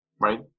right